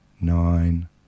nine